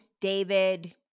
David